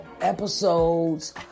episodes